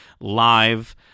live